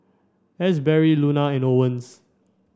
Asberry Luna and Owens